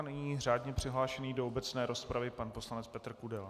Nyní řádně přihlášený do obecné rozpravy pan poslanec Petr Kudela.